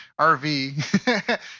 RV